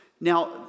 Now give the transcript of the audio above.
Now